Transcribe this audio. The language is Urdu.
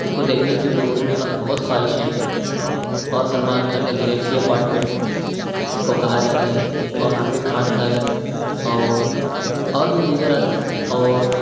اس کو دیکھنے کی میری ضرور بہت خواہش ہے اور سلمان خان کا گلیکسی اپارٹمنٹ جس کو کہا جاتا ہے اور عامر خان کا گھر اور اور بھی دیگر اور